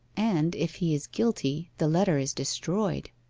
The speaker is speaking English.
and if he is guilty the letter is destroyed